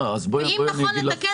בואי, אני אגיד לך.